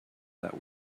that